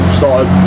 started